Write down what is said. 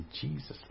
Jesus